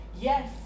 Yes